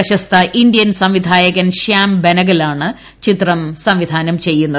പ്രശസ്ത ഇന്ത്യൻ സംവിധായകൻ ശ്യാംബനഗലാണ് ചിത്രം സംവിധാനം ചെയ്യുന്നത്